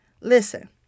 Listen